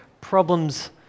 problems